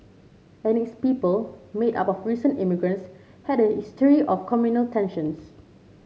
and its people made up of recent immigrants had a history of communal tensions